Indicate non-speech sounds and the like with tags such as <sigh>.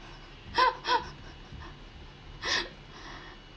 <laughs>